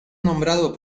nombrado